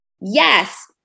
Yes